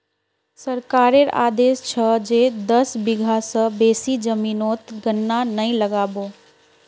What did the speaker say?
सरकारेर आदेश छ जे दस बीघा स बेसी जमीनोत गन्ना नइ लगा बो